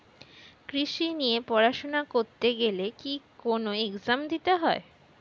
কৃষি নিয়ে পড়াশোনা করতে গেলে কি কোন এগজাম দিতে হয়?